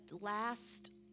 last